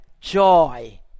joy